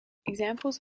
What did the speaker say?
examples